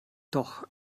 doch